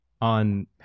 on